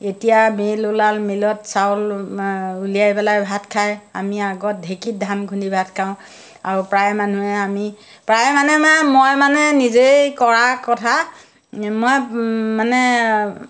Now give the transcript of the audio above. এতিয়া মিল ওলাল মিলত চাউল উলিয়াই পেলাই ভাত খায় আমি আগত ঢেঁকীত ধান খুন্দি ভাত খাওঁ আৰু প্ৰায় মানুহে আমি প্ৰায় মান মানে মই মানে নিজেই কৰা কথা মই মানে